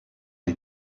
les